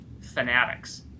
fanatics